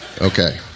Okay